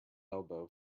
elbow